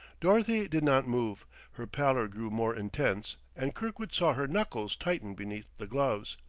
dorothy did not move her pallor grew more intense and kirkwood saw her knuckles tighten beneath the gloves.